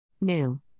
New